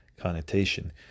connotation